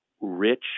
rich